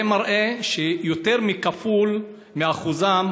זה מראה ששיעור הנהרגים